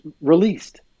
released